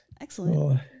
excellent